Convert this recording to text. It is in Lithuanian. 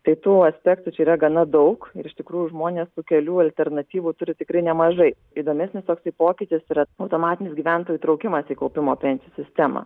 tai tų aspektų čia yra gana daug ir iš tikrųjų žmonės tų kelių alternatyvų turi tikrai nemažai įdomesnis toksai pokytis yra automatinis gyventojų įtraukimas į kaupimo pensijų sistemą